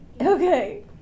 okay